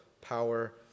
power